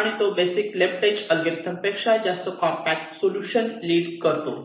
आणि तो basic left is algorithm पेक्षा जास्त कॉम्पॅक्ट सोलुशन लीड करतो